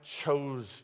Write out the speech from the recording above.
chose